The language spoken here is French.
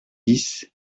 dix